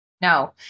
No